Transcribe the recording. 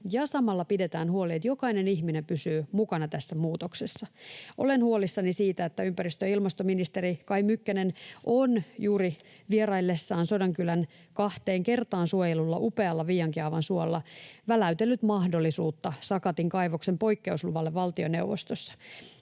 samalla pidetään huoli, että jokainen ihminen pysyy mukana tässä muutoksessa. Olen huolissani siitä, että ympäristö- ja ilmastoministeri Kai Mykkänen on juuri vieraillessaan Sodankylän kahteen kertaan suojellulla upealla Viiankiaavan suolla väläytellyt mahdollisuutta Sakatin kaivoksen poikkeusluvalle valtioneuvostossa.